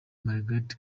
margaret